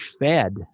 fed